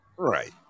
Right